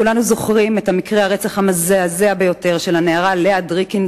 כולנו זוכרים את מקרה הרצח המזעזע ביותר של הנערה לאה דריקין,